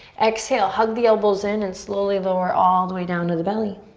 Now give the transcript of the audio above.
exhale, hug the elbows in and slowly lower all the way down to the belly.